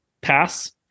pass